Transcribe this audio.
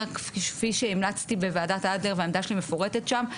כפי שהמלצתי בוועדת אדלר והעמדה שלי מפורטת שם,